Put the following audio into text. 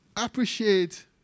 Appreciate